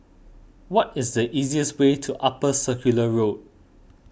what is the easiest way to Upper Circular Road